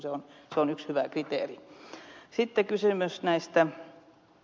se on yksi hyvä kriteeri